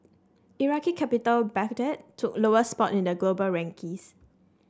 Iraqi capital Baghdad took lowest spot on the global rankings